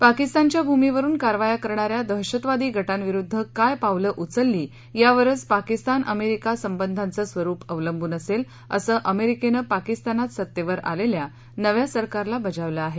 पाकिस्तानच्या भूमीवरून कारवाया करणाऱ्या दहशतवादी गटांविरुद्ध काय पावलं उचलली यावरच पाकिस्तान अमेरीका संबंधाचं स्वरुप अवलंबून असेल असं अमेरिकेनं पाकिस्तानात सत्तेवर आलेल्या नव्या सरकारला बजावलं आहे